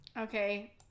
okay